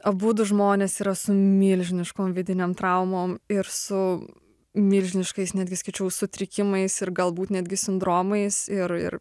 abudu žmonės yra su milžiniškom vidinėm traumom ir su milžiniškais netgi sakyčiau sutrikimais ir galbūt netgi sindromais ir ir